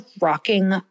rocking